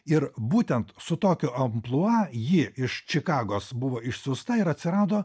ir būtent su tokiu amplua ji iš čikagos buvo išsiųsta ir atsirado